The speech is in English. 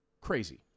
Crazy